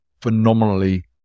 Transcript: phenomenally